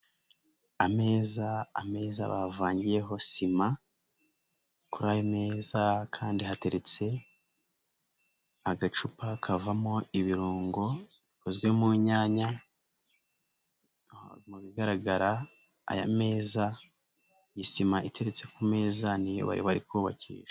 Ameza, ameza bavangiyeho sima, kuri ayo meza kandi hateretse agacupa kavamo ibirungo bikozwe mu nyanya, aho mu bigaragara aya meza, iyi sima iteretse ku meza ni yo bari bari kubakisha.